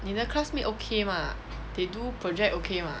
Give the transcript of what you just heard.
你的 classmate okay mah they do project okay mah